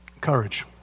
Courage